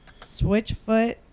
switchfoot